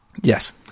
Yes